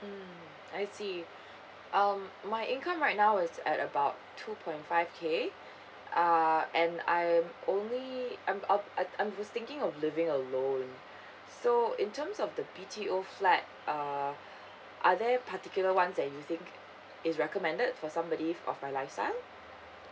mm I see um my income right now is at about two point five K uh and I'm only I'm uh I I'm just thinking of living alone so in terms of the B_T_O flat uh are there particular ones that you think is recommended for somebody of my lifestyle